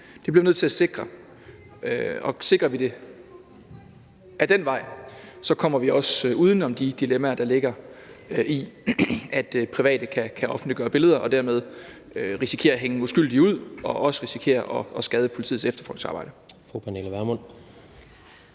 Det bliver vi nødt til at sikre, og sikrer vi det ad den vej, kommer vi også uden om de dilemmaer, der ligger i, at private kan offentliggøre billeder og dermed risikere at hænge uskyldige ud og også risikere at skade politiets efterforskningsarbejde. Kl. 12:54 Tredje